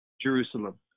Jerusalem